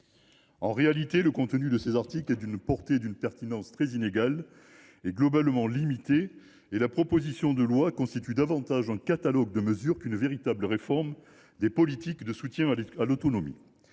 En réalité, le contenu de ces articles est d’une portée et d’une pertinence très inégales et globalement limitées, la proposition de loi constituant davantage un catalogue de mesures qu’une véritable réforme des politiques de soutien à l’autonomie.